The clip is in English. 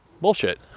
bullshit